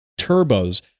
turbos